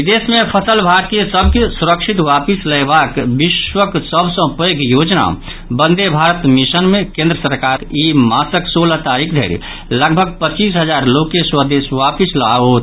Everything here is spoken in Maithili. विदेश मे फंसल भारतीय सभ के सुरक्षित वापिस लयबाक विश्वक सभ सँ पैघ योजना वंदेभारत मिशन मे केंद्र सरकार ई मासक सोलह तारीख धरि लगभग पच्चीस हजार लोक के स्वदेश वापिस लाओत